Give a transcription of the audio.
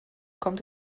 kommt